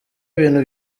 bintu